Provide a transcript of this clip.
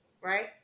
right